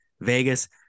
Vegas